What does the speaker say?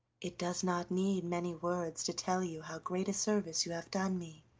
it does not need many words to tell you how great a service you have done me.